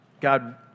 God